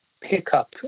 pickup